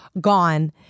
gone